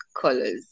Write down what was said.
colors